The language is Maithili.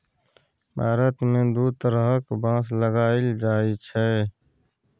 भारत मे दु तरहक बाँस लगाएल जाइ छै